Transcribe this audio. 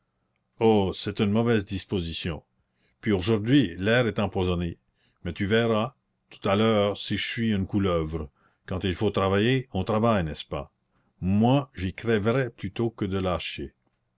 oh c'est une mauvaise disposition puis aujourd'hui l'air est empoisonné mais tu verras tout à l'heure si je suis une couleuvre quand il faut travailler on travaille n'est-ce pas moi j'y crèverais plutôt que de lâcher